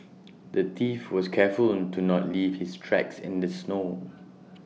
the thief was careful to not leave his tracks in the snow